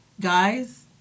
guys